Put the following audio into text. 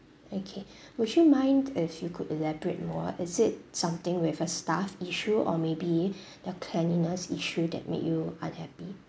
okay would you mind as you could elaborate more is it something with a staff issue or maybe the cleanliness issue that make you unhappy